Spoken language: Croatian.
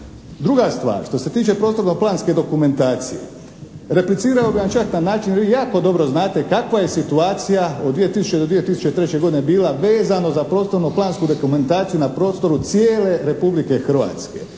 Druga stvar, što se tiče prostorno-planske dokumentacije, replicirao ga je čak na način, vi jako dobro znate kakva je situacija od 2000. do 2003. godine bila vezano za prostorno-plansku dokumentaciju na prostoru cijele Republike Hrvatske.